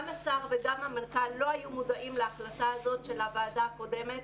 גם השר וגם המנכ"ל לא היו מודעים להחלטה הזאת של הוועדה הקודמת,